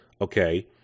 Okay